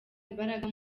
imbaraga